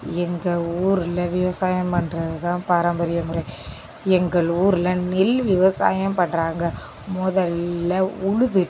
எங்கள் ஊரில் விவசாயம் பண்ணுறது தான் பாரம்பரிய முறை எங்கள் ஊரில் நெல் விவசாயம் பண்ணுறாங்க முதல்ல உழுது